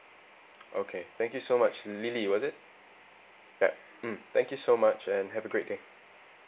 okay thank you so much lily was it yup mm thank you so much and have a great day